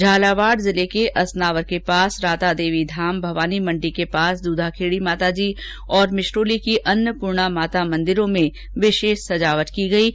झालावाड जिले के असनावर के पास रातादेवी धाम भवानी मण्डी के निकट द्वधाखेडी माताजी और मिश्रोली की अन्नपूर्णा माता मंदिरों में विशेष सजावट की गई है